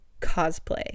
cosplay